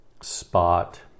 spot